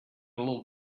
little